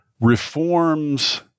reforms